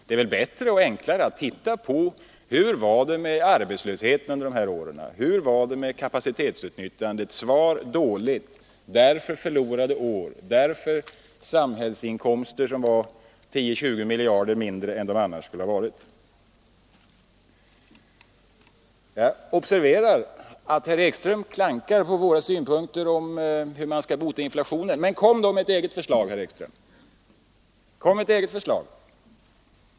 Det är väl bättre och enklare att se efter hur det var med arbetslösheten och med kapacitetsutnyttjandet under dessa år. Svaret är: dåligt. Därför blev det förlorade år, därför fick vi samhällsinkomster som var 10—20 miljarder mindre än de annars skulle ha varit. Jag observerar att herr Ekström klankar på våra synpunkter om hur man skall bota inflationen. Men kom med ett eget förslag, herr Ekström!